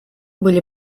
были